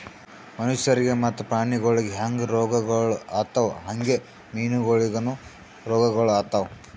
ಮನುಷ್ಯರಿಗ್ ಮತ್ತ ಪ್ರಾಣಿಗೊಳಿಗ್ ಹ್ಯಾಂಗ್ ರೋಗಗೊಳ್ ಆತವ್ ಹಂಗೆ ಮೀನುಗೊಳಿಗನು ರೋಗಗೊಳ್ ಆತವ್